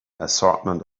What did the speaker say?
assortment